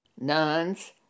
nuns